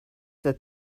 that